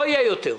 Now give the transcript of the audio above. לא יהיה יותר,